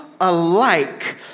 alike